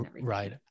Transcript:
Right